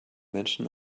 menschen